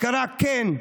הכרה כן,